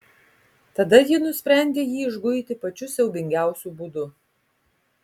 tada ji nusprendė jį išguiti pačiu siaubingiausiu būdu